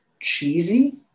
cheesy